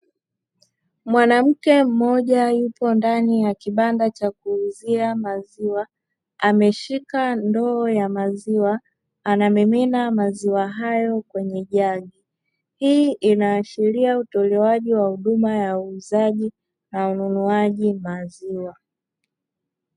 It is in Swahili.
Mwanamke mmoja yuko ndani ya kibanda cha kuuzia maziwa ameshika ndoo ya maziwa anamimina maziwa hayo kwenye jagi. Hii inaashiria utolewaji wa huduma ya uuzaji na ununuaji maziwa.